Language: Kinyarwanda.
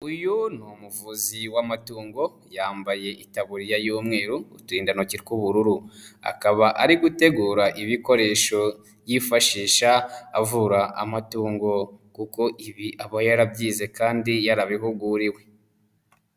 Uyu ni umuvuzi w'amatungo yambaye itaburiya y'umweru, uturindantoki tw'ubururu, akaba ari gutegura ibikoresho yifashisha avura amatungo kuko ibi aba yarabyize kandi yarabihuguriwe.